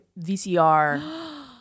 VCR